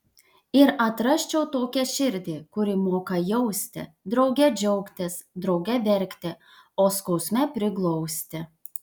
ir atrasčiau tokią širdį kuri moka jausti drauge džiaugtis drauge verkti o skausme priglausti